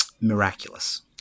miraculous